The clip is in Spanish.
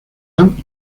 dan